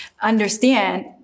understand